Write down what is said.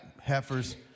heifers